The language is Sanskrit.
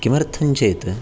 किमर्थं चेत्